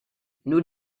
nur